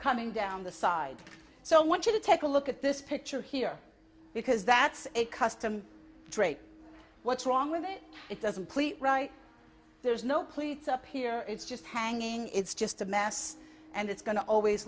coming down the side so i want you to take a look at this picture here because that's a custom drape what's wrong with it it doesn't please there's no pleats up here it's just hanging it's just a mess and it's going to always